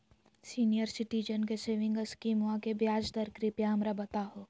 senior citizen के saving स्कीमवा के ब्याज दर कृपया हमरा बताहो